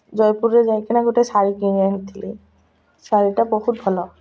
ଜୟପୁରରେ ଯାଇକିନା ଗୋଟେ ଶାଢ଼ୀ କିଣି ଆଣିଥିଲି ଶାଢ଼ୀଟା ବହୁତ ଭଲ